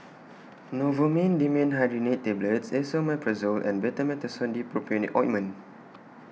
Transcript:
Novomin Dimenhydrinate Tablets Esomeprazole and Betamethasone Dipropionate Ointment